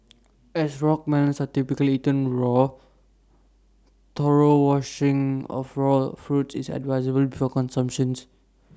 as rock melons are typically eaten raw thorough washing of the raw fruits is advisable before consumption